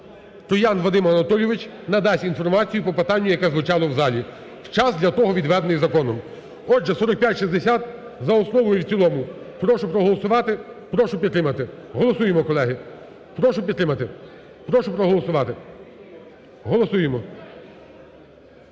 Троян Вадим Анатолійович, надасть інформацію по питанню, яке звучало в залі у час для того, відведений законом. Отже, 4560 – за основу і в цілому прошу проголосувати, прошу підтримати. Голосуємо, колеги, прошу підтримати. Прошу проголосувати. Голосуємо.